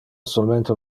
solmente